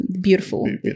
beautiful